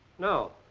no.